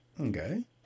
Okay